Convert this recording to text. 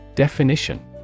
Definition